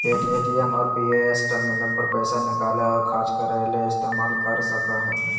ATM और POS terminal पर पैसा निकालय और ख़र्चा करय ले इस्तेमाल कर सकय हइ